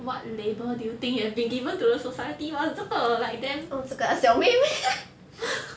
what label do you think you have been given to the society !wah! 这个 like damn